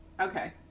Okay